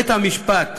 בית-המשפט